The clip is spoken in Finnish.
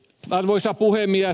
arvoisa puhemies